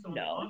no